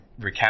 recap